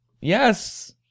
Yes